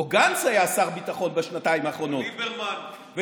או גנץ היה שר ביטחון בשנתיים האחרונות, ליברמן.